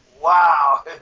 Wow